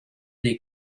dei